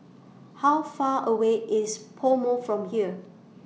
How Far away IS Pomo from here